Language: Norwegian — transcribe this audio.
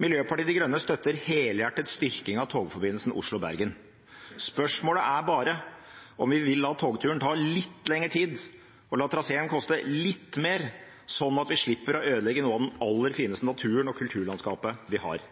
Miljøpartiet De Grønne støtter helhjertet styrking av togforbindelsen mellom Oslo og Bergen. Spørsmålet er bare om vi vil la togturen ta litt lengre tid og la traseen koste litt mer, sånn at vi slipper å ødelegge noe av den aller fineste naturen og det aller fineste kulturlandskapet vi har.